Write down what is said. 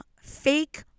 fake